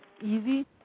easy